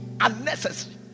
Unnecessary